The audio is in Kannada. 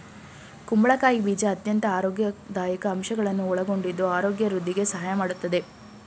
ಕುಂಬಳಕಾಯಿ ಬೀಜ ಅತ್ಯಂತ ಆರೋಗ್ಯದಾಯಕ ಅಂಶಗಳನ್ನು ಒಳಗೊಂಡಿದ್ದು ಆರೋಗ್ಯ ವೃದ್ಧಿಗೆ ಸಹಾಯ ಮಾಡತ್ತದೆ